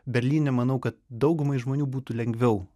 berlyne manau kad daugumai žmonių būtų lengviau